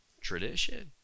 tradition